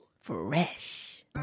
fresh